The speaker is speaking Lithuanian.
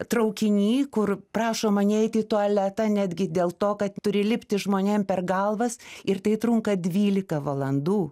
traukiny kur prašoma neiti į tualetą netgi dėl to kad turi lipti žmonėm per galvas ir tai trunka dvylika valandų